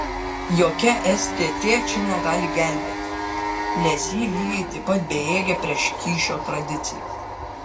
jokia stt čia negali gelbėti nes ji lygiai taip pat bejėgė prieš kyšio tradiciją